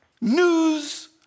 news